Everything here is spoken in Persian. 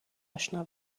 اشنا